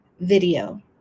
video